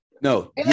No